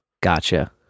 Gotcha